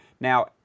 Now